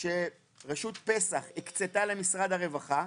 שרשות פס"ח הקצתה למשרד הרווחה.